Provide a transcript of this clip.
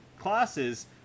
classes